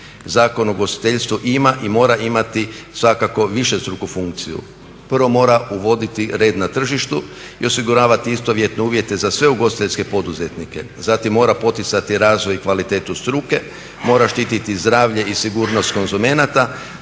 Zakon o ugostiteljstvu ima i mora imati svakako višestruku funkciju. Prvo mora uvoditi red na tržištu i osiguravati istovjetne uvjete za sve ugostiteljske poduzetnike, zatim mora poticati razvoj i kvalitetu struke, mora štiti zdravlje i sigurnost konzumenata